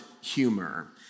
humor